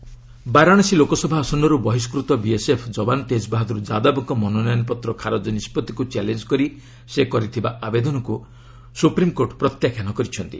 SC Tej Bahadur Varanasi Lok Sabha ଆସନରୁ ବହିସ୍କୃତ BSF ଯବାନ ତେଜବାହାଦୂର ଯାଦବଙ୍କ ମନୋନୟନପତ୍ର ଖାରଜ ନିଷ୍ପଭିକୁ ଚ୍ୟାଲେଞ୍ଜ କରି ସେ କରିଥିବା ଆବେଦନକୁ ସୁପ୍ରିମ୍କୋର୍ଟ ପ୍ରତ୍ୟାଖ୍ୟାନ କରିଛନ୍ତି